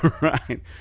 Right